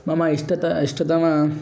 मम इष्टतमम् इष्टतमं